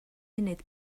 munud